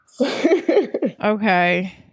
Okay